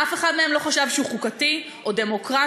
אף אחד מהם לא חשב שהוא חוקתי או דמוקרטי,